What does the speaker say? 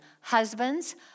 Husbands